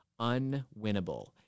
unwinnable